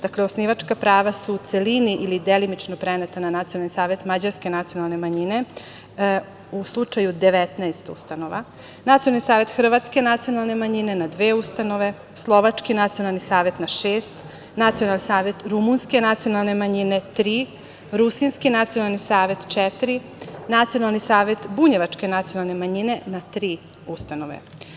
Dakle, osnivačka prava su u celini ili delimično preneta na Nacionalni savet mađarske nacionalne manjine, u slučaju 19 ustanova, Nacionalni savet hrvatske nacionalne manjine na dve ustanove, Slovački nacionalni savet na šest, Nacionalni savet rumunske nacionalne manjine tri, Rusinski nacionalni savet četiri, Nacionalni savet bunjevačke nacionalne manjine na tri ustanove.